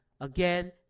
again